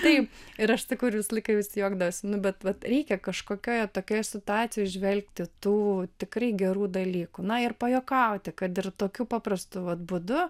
taip ir aš sakau ir visą laiką visi juokdavosi nu bet vat reikia kažkokioje tokioje situacijoje įžvelgti tų tikrai gerų dalykų na ir pajuokauti kad ir tokiu paprastu vat būdu